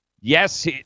Yes